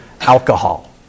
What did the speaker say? alcohol